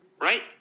Right